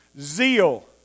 Zeal